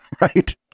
Right